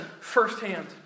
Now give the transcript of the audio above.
firsthand